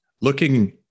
looking